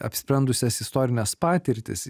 apsprendusias istorines patirtis